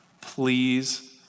Please